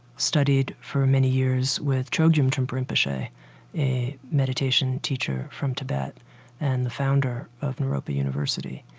studied for many years with chogyam trungpa rinpoche, a a meditation teacher from tibet and the founder of naropa university.